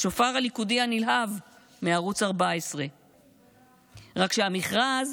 השופר הליכודי הנלהב מערוץ 14. רק שהמכרז